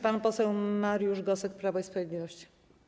Pan poseł Mariusz Gosek, Prawo i Sprawiedliwość.